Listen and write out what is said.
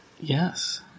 yes